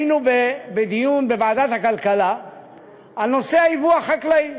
היינו בדיון בוועדת הכלכלה על נושא היבוא החקלאי,